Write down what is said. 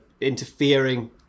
interfering